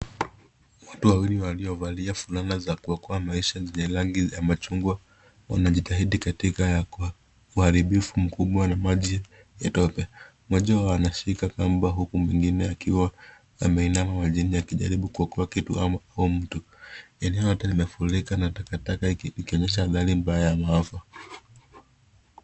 watu wawili waliovaa fulana za kuokoa maisha zenye rangi ya Machungwa wanajitahidi katika uharibifu mkubwa wa maji tobe . Moja anashika kama huku mwingine akiwa ameinama majini akijaribu kuokoa kitu au mtu. Eneo hilo limefurika na takataka vikionyesha hatari mbaya ya maafa.